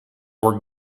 were